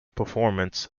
performance